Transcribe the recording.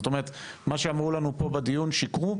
זאת אומרת, מה שאמרו לנו פה בדיון שיקרו?